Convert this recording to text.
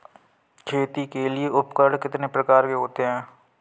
खेती के लिए उपकरण कितने प्रकार के होते हैं?